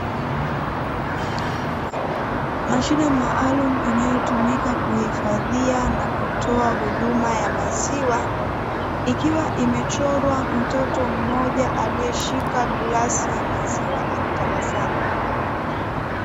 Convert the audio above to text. Mashine maalumu inayotumika kuhifadhia na kutoa huduma ya maziwa, ikiwa imechorwa mtoto mmoja, aliyeshika glasi ya maziwa akitabasamu.